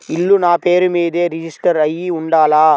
ఇల్లు నాపేరు మీదే రిజిస్టర్ అయ్యి ఉండాల?